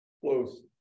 Close